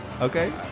Okay